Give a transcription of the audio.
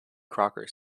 crocker